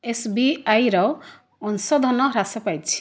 ଏସ୍ବିଆଇର ଅଂଶଧନ ହ୍ରାସ ପାଇଛି